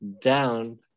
down